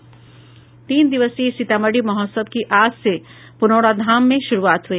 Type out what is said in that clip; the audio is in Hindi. तीन दिवसीय सीतामढ़ी महोत्सव की आज से प्रनौराधाम में शुरूआत हुई